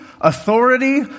authority